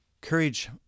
Courage